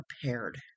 prepared